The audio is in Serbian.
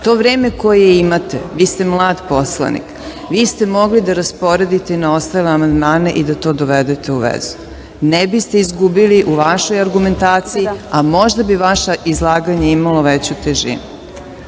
To vreme koje imate, vi ste mlad poslanik, vi ste mogli da rasporedite i na ostale amandmane i da to dovedete u vezu. Ne biste izgubili u vašoj argumentaciji, a možda bi vaše izlaganje imalo veću težinu.